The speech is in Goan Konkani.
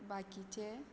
बाकीचें